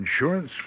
insurance